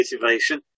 motivation